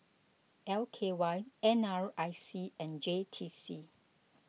L K Y N R I C and J T C